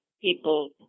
people